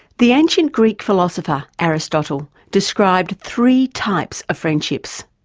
the ancient greek philosopher, aristotle, described three types of friendships.